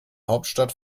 hauptstadt